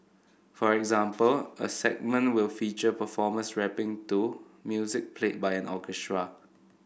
for example a segment will feature performers rapping to music played by orchestra